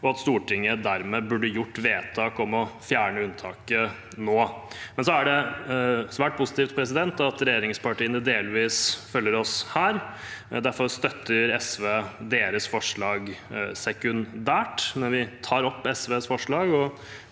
og at Stortinget dermed burde gjort vedtak om å fjerne unntaket nå. Det er imidlertid svært positivt at regjeringspartiene delvis følger oss her. Derfor støtter SV deres forslag sekundært. Jeg tar opp SV og